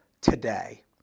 today